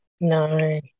No